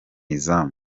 izamu